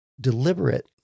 deliberate